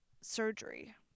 surgery